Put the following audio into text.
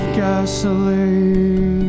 gasoline